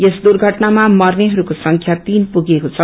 यस दुर्घटनामा मर्नेहरूको संख्या तीन पुगेको छ